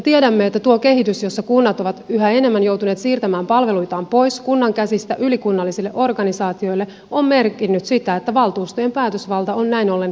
tiedämme että tuo kehitys jossa kunnat ovat yhä enemmän joutuneet siirtämään palveluitaan pois kunnan käsistä ylikunnallisille organisaatioille on merkinnyt sitä että valtuustojen päätösvalta on näin ollen kaventunut